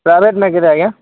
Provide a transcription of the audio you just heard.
private ନାଇଁକି ଆଜ୍ଞାଁ